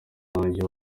wanjye